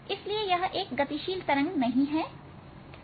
इसलिए यह एक गतिशील तरंग नहीं है